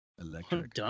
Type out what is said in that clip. electric